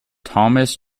thomas